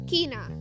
Kina